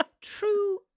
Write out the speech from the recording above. true